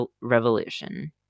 Revolution